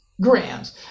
grams